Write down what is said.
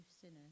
sinners